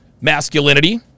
masculinity